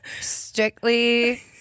Strictly